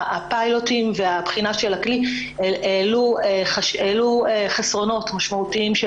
הפיילוטים והבחינה של הכלי העלו חסרונות משמעותיים של